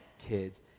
kids